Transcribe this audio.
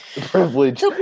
Privilege